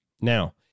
Now